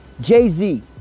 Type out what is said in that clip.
Jay-Z